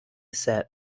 set